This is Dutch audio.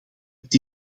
het